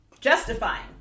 Justifying